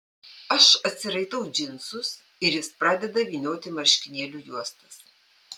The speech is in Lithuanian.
aš atsiraitau džinsus ir jis pradeda vynioti marškinėlių juostas